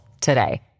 today